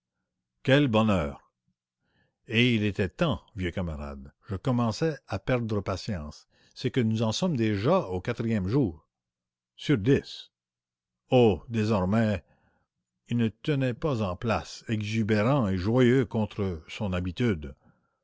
quel bonheur et il était temps vieux camarade je commençais à perdre patience c'est que nous en sommes déjà au quatrième jour sur dix oh maintenant il ne tenait pas en place exubérant et joyeux contre son habitude